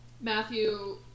Matthew